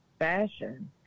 fashion